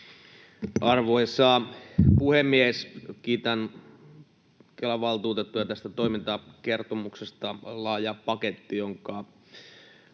Arvoisa puhemies! Kiitän Kelan valtuutettuja tästä toimintakertomuksesta. Laaja paketti, jonka